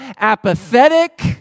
apathetic